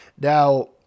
Now